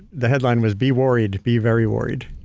the headline was be worried, be very worried.